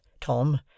Tom